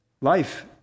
life